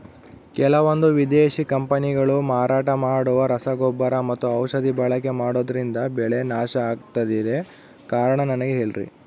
ಕೆಲವಂದು ವಿದೇಶಿ ಕಂಪನಿಗಳು ಮಾರಾಟ ಮಾಡುವ ರಸಗೊಬ್ಬರ ಮತ್ತು ಔಷಧಿ ಬಳಕೆ ಮಾಡೋದ್ರಿಂದ ಬೆಳೆ ನಾಶ ಆಗ್ತಾಇದೆ? ಕಾರಣ ನನಗೆ ಹೇಳ್ರಿ?